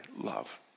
love